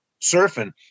surfing